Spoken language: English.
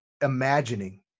imagining